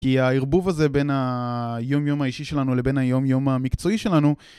כי הערבוב הזה בין היום-יום האישי שלנו לבין היום-יום המקצועי שלנו